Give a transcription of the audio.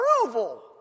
approval